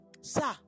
sir